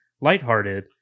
lighthearted